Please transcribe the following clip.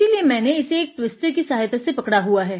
इसीलिए मैंने इसे एक ट्विस्टर की सहायता से पकड़ा हुआ है